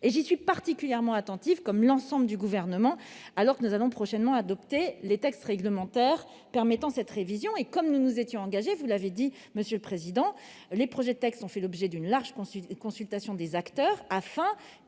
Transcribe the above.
J'y suis particulièrement attentive, comme l'ensemble du Gouvernement, alors que nous allons prochainement adopter les textes réglementaires permettant cette révision. Comme nous nous y étions engagés, les projets de textes réglementaires ont fait l'objet d'une large consultation des acteurs, afin de